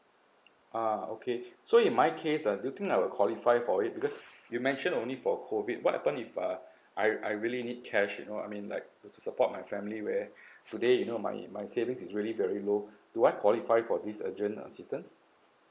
ah okay so in my case uh do you think I will qualify for it because you mention only for COVID what happen if uh I I really need cash you know I mean like to support my family where today you know my my savings is really very low do I qualify for this urgent assistance